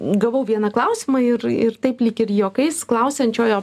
gavau vieną klausimą ir ir taip lyg ir juokais klausiančiojo